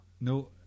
No